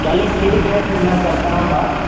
چلو ٹھیک ہے پھر میں کرتا ہوں بات